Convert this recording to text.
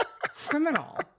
criminal